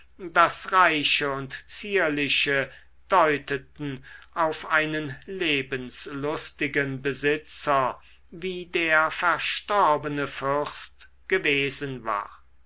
das reiche und zierliche deuteten auf einen lebenslustigen besitzer wie der verstorbene fürst gewesen war